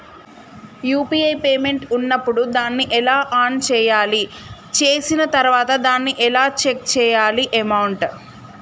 UPI payment ఉన్నప్పుడు దాన్ని ఎలా ఆన్ చేయాలి? చేసిన తర్వాత దాన్ని ఎలా చెక్ చేయాలి అమౌంట్?